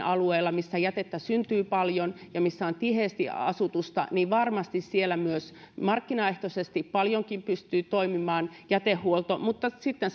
alueilla jätettä syntyy paljon ja on tiheästi asutusta niin varmasti siellä myös markkinaehtoisesti paljonkin pystyy jätehuolto toimimaan mutta sitten